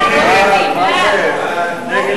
להסיר מסדר-היום את הצעת חוק ביטוח בריאות ממלכתי (תיקון,